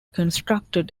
constructed